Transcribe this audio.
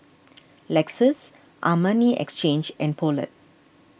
Lexus Armani Exchange and Poulet